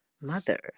mother